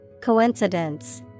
Coincidence